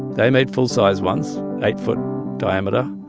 they made full-sized ones eight foot diameter